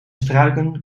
struiken